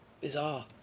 Bizarre